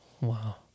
Wow